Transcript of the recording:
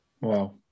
Wow